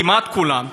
כמעט כולם,